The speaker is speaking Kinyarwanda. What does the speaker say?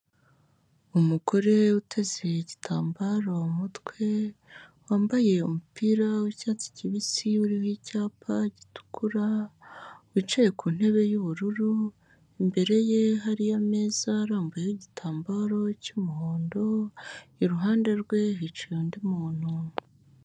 Umugore utese igitambaro mu mutwe wambaye umupira w'icyatsi kibisi uriho icyapa gitukura, wicaye ku ntebe y'ubururu imbere ye hari ameza arambuyeho igitambaro cy'umuhondo, iruhande rwe hicaye undi muntu.